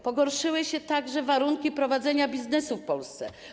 Pogorszyły się także warunki prowadzenia biznesu w Polsce.